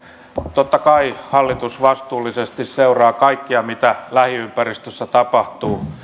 totta kai hallitus vastuullisesti seuraa kaikkea mitä lähiympäristössä tapahtuu